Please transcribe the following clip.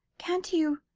can't you?